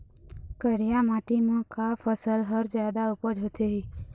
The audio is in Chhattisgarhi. करिया माटी म का फसल हर जादा उपज होथे ही?